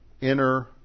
inner